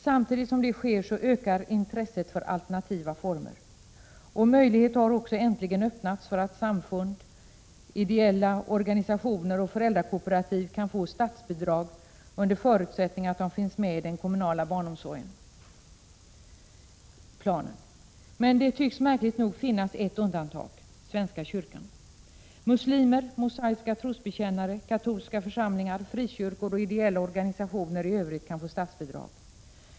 Samtidigt som det sker ökar intresset för alternativa former. Möjlighet har också äntligen öppnats för samfund, ideella organisationer och föräldrakooperativ att få statsbidrag under förutsättning att de finns med i den kommunala barnomsorgsplanen. Men det tycks märkligt nog finnas ett undantag — svenska kyrkan. Muslimer, mosaiska trosbekännare, katolska församlingar, frikyrkor och ideella organisationer i övrigt kan få statsbidrag.